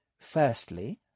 Firstly